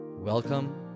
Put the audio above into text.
Welcome